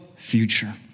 future